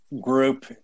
group